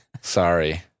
Sorry